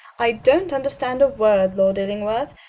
i don't understand a word, lord illingworth.